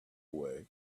away